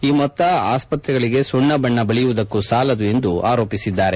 ಈ ಮೊತ್ತ ಆಸ್ಪತ್ರೆಗಳಿಗೆ ಸುಣ್ಣ ಬಣ್ಣ ಬಳಿಯುವುದಕ್ಕೂ ಸಾಲದು ಎಂದು ಟೀಕಿಸಿದರು